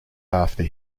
after